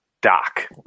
doc